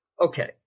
okay